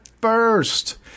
first